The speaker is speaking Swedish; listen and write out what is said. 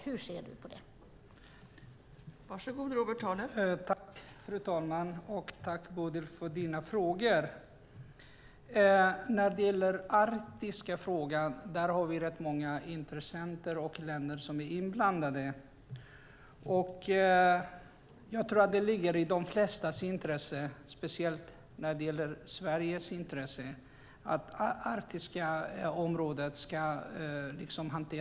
Hur ser Robert Halef på det?